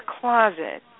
closet